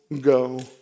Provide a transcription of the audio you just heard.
go